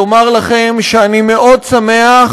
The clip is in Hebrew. לומר לכם שאני מאוד שמח,